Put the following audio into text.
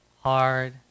hard